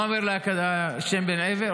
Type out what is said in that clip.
מה אומר לה שם בן עזר?